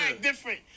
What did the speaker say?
different